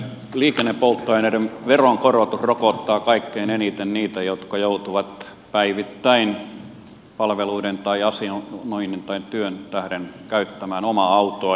liikennepolttoaineiden veronkorotus rokottaa kaikkein eniten niitä jotka joutuvat päivittäin palveluiden tai asioinnin tai työn tähden käyttämään omaa autoa